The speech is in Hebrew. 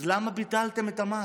אז למה ביטלתם את המס?